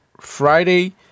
Friday